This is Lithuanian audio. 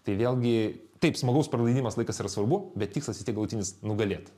tai vėlgi taip smagaus praleidimas laikas yra svarbu bet tikslas vis tiek galutinis nugalėt